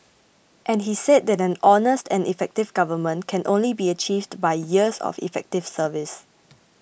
and he said that an honest and effective government can only be achieved by years of effective service